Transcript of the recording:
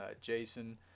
Jason